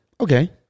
Okay